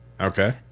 Okay